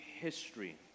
history